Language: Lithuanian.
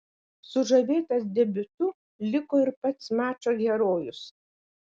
sužavėtas debiutu liko ir pats mačo herojus